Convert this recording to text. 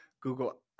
Google